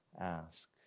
ask